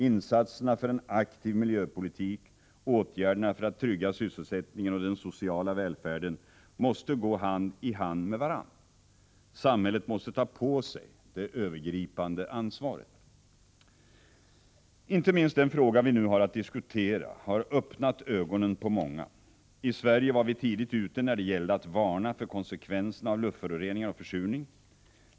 Insatserna för en aktiv miljöpolitik och åtgärderna för att trygga sysselsättningen och den sociala välfärden måste gå hand i hand med varandra. Samhället måste ta på sig det övergripande ansvaret. Inte minst den fråga vi nu har att diskutera har öppnat ögonen på många. I Sverige var vi tidigt ute när det gällde att varna för konsekvenserna av luftföroreningar och försurning.